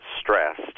stressed